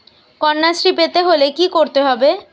কন্যাশ্রী পেতে হলে কি করতে হবে?